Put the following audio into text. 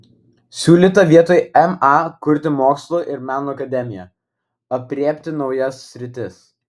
siūlyta vietoj ma kurti mokslo ir meno akademiją aprėpti naujas sritis